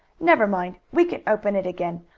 never mind, we can open it again.